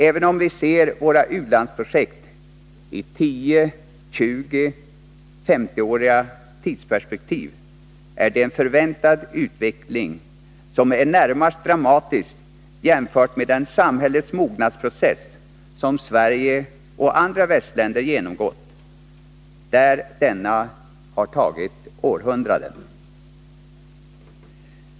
Även om vi ser våra u-landsprojekt i 10-20-50-åriga tidsperspektiv är det en förväntad utveckling som är närmast dramatisk jämfört med den samhällets mognadsprocess som Sverige och andra västländer genomgått, där denna tagit århundraden.